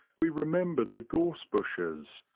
we re membered the gorse bushes,